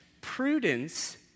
Prudence